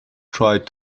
tried